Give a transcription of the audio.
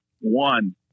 one